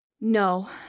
No